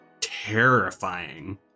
terrifying